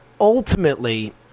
ultimately